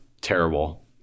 terrible